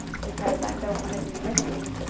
because i um don't want to be missing